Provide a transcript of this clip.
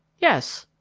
yes!